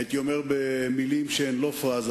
הייתי אומר במלים שהן לא פראזה: